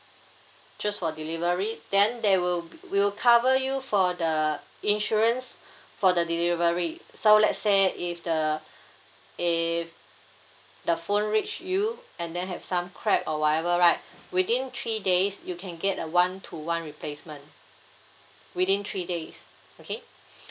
choose for delivery then there will be we'll cover you for the insurance for the delivery so let's say if the if the phone reach you and then have some crack or whatever right within three days you can get a one to one replacement within three days okay